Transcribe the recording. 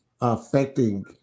affecting